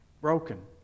broken